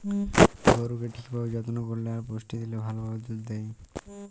গরুকে ঠিক ভাবে যত্ন করল্যে আর পুষ্টি দিলে ভাল ভাবে দুধ হ্যয়